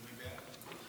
מי נמנע?